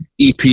ep